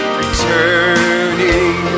returning